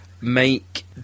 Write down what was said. make